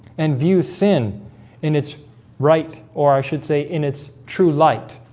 and view sin in its right or i should say in its true light